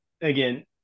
again